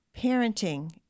parenting